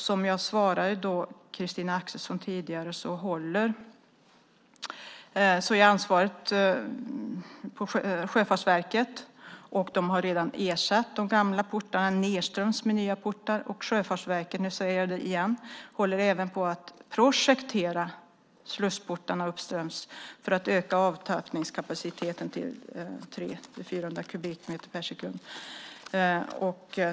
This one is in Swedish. Som jag svarade Christina Axelsson tidigare vilar ansvaret på Sjöfartsverket. De har redan ersatt de gamla portarna nedströms med nya portar. Och Sjöfartsverket - nu säger jag det igen - håller även på att projektera slussportarna uppströms för att öka avtappningskapaciteten till 300-400 kubikmeter per sekund.